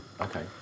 Okay